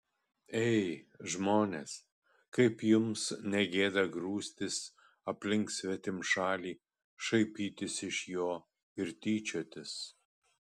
ei žmonės kaip jums ne gėda grūstis aplink svetimšalį šaipytis iš jo ir tyčiotis